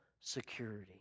security